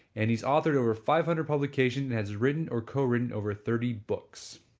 and he's authored over five hundred publications, and has written or co-written over thirty books